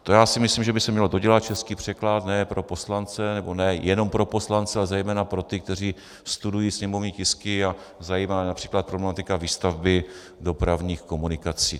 To já si myslím, že by se mělo dodělat, český překlad, ne pro poslance, nebo ne jenom pro poslance, ale zejména pro ty, kteří studují sněmovní tisky, a zajímá je například problematika výstavby dopravních komunikací.